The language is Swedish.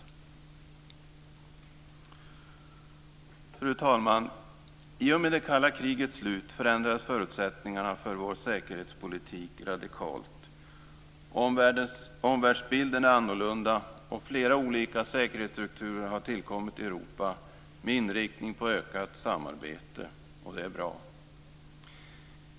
Fru talman! I och med det kalla krigets slut förändrades förutsättningarna för vår säkerhetspolitik radikalt. Omvärldsbilden är annorlunda och flera olika säkerhetsstrukturer har tillkommit i Europa med inriktning på ökat samarbete, och det är bra.